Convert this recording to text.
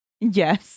Yes